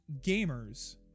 gamers